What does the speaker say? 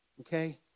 okay